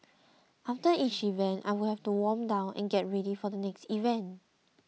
after each event I would have to warm down and get ready for the next event